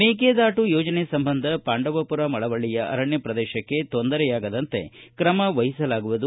ಮೇಕೆದಾಟು ಯೋಜನೆ ಸಂಬಂಧ ಪಾಂಡವಪುರ ಮಳವಳ್ಳಿಯ ಅರಣ್ಕ ಪ್ರದೇಶಕ್ಕೆ ತೊಂದರೆಯಾಗದಂತೆ ಕ್ರಮವಹಿಸಲಾಗುವುದು